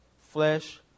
flesh